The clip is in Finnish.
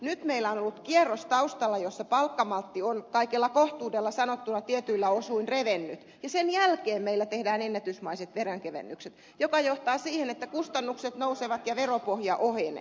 nyt meillä on ollut taustalla kierros jossa palkkamaltti on kaikella kohtuudella sanottuna tietyiltä osin revennyt ja sen jälkeen meillä tehdään ennätysmäiset veronkevennykset mikä johtaa siihen että kustannukset nousevat ja veropohja ohenee